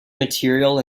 material